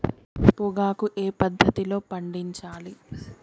పొగాకు ఏ పద్ధతిలో పండించాలి?